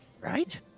right